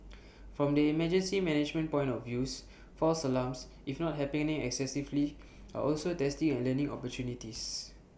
from the emergency management point of views false alarms if not happening excessively are also testing and learning opportunities